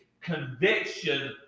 conviction